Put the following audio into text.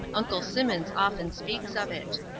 uncle simmons often speaks of it.